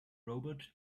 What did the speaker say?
robot